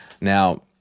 Now